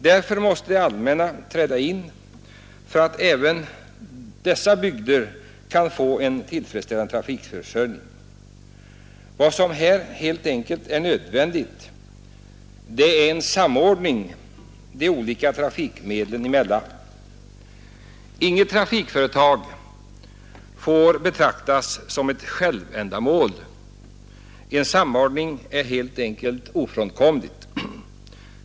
Därför måste det allmänna träda in så att även dessa bygder kan få en tillfredsställande trafikförsörjning. Vad som här helt enkelt är nödvändigt är en samordning mellan de olika trafikmedlen. Inget trafikföretag får betraktas såsom ett självändamål. En samordning är helt enkelt ofrånkomlig.